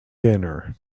dinner